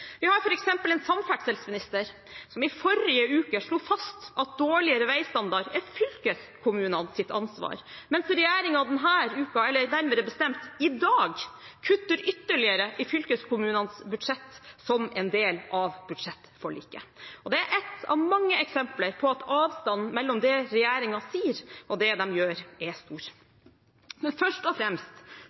Vi har f.eks. en samferdselsminister som i forrige uke slo fast at dårligere veistandard er fylkeskommunenes ansvar, mens regjeringen denne uken – eller nærmere bestemt i dag – kutter ytterligere i fylkeskommunenes budsjett som en del av budsjettforliket. Det er et av mange eksempler på at avstanden mellom det regjeringen sier, og det den gjør, er stor. Men først og fremst